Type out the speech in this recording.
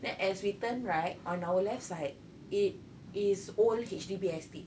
then as we turn right on our left side it is old H_D_B estate